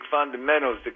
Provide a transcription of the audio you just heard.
fundamentals